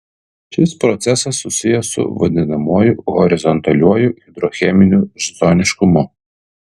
šis procesas susijęs su vadinamuoju horizontaliuoju hidrocheminiu zoniškumu